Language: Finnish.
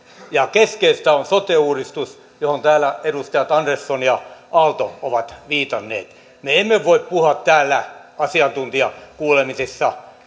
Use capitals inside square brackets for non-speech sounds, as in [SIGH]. keskeistä on sote uudistus johon täällä edustajat andersson ja aalto ovat viitanneet me emme voi puhua täällä asiantuntijakuulemisista [UNINTELLIGIBLE]